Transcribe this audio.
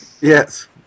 yes